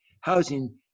housing